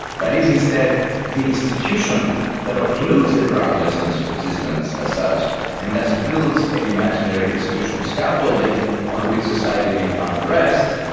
but is instead the institution that occludes the groundlessness of existence as such and thus builds an imaginary institutional scaffolding on which society may find rest,